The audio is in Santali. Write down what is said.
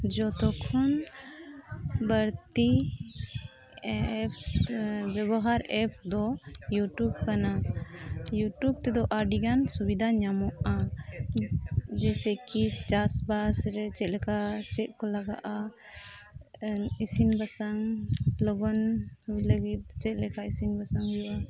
ᱡᱚᱛᱚᱠᱷᱚᱱ ᱵᱟᱹᱲᱛᱤ ᱵᱮᱵᱚᱦᱟᱨ ᱫᱚ ᱠᱟᱱᱟ ᱛᱮᱫᱚ ᱟᱹᱰᱤᱜᱟᱱ ᱥᱩᱵᱤᱫᱷᱟ ᱧᱟᱢᱚᱜᱼᱟ ᱡᱮᱭᱥᱮ ᱠᱤ ᱪᱟᱥᱵᱟᱥ ᱨᱮ ᱪᱮᱫ ᱞᱮᱠᱟ ᱪᱮᱫ ᱠᱚ ᱞᱟᱜᱟᱜᱼᱟ ᱤᱥᱤᱱᱼᱵᱟᱥᱟᱝ ᱞᱚᱜᱚᱱ ᱦᱩᱭ ᱞᱟᱹᱜᱤᱫ ᱪᱮᱫ ᱞᱮᱠᱟ ᱤᱥᱤᱱᱼᱵᱟᱥᱟᱝ ᱦᱩᱭᱩᱜᱼᱟ